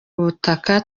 ubutaka